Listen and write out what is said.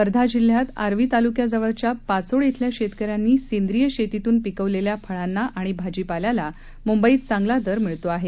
वर्धा जिल्ह्यात आर्वी तालुक्याजवळच्या पाचोड इथल्या शेतकऱ्यांनी सेंद्रीय शेतीतून पिकवलेल्या फळांना आणि भाजीपाल्याला मुंबईत चांगला दर मिळतो आहे